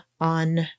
on